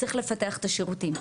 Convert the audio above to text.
צריך לפתח את השירותים.